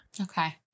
Okay